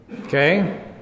Okay